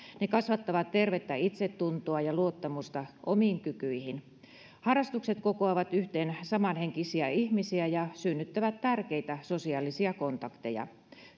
ne kasvattavat tervettä itsetuntoa ja luottamusta omiin kykyihin harrastukset kokoavat yhteen samanhenkisiä ihmisiä ja synnyttävät tärkeitä sosiaalisia kontakteja